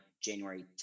January